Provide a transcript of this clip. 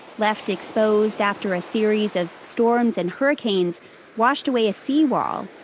left exposed after a series of storms and hurricanes washed away a sea wall.